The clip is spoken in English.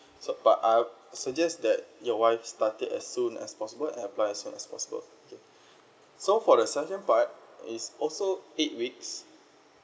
so but I would suggest that your wife start it as soon as possible and apply as soon as possible okay so for the second part is also eight weeks